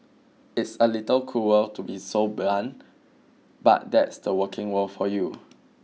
it's a little cruel to be so blunt but that's the working world for you